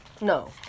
No